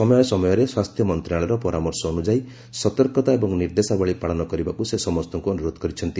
ସମୟ ସମୟରେ ସ୍ୱାସ୍ଥ୍ୟ ମନ୍ତ୍ରଣାଳୟର ପରାମର୍ଶ ଅନୁଯାୟୀ ସତର୍କତା ଏବଂ ନିର୍ଦ୍ଦେଶାବଳୀ ପାଳନ କରିବାକୁ ସେ ସମସ୍ତଙ୍କୁ ଅନୁରୋଧ କରିଛନ୍ତି